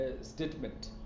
statement